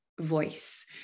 voice